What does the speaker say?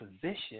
position